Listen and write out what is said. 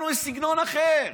לנו יש סגנון אחר.